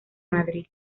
madrid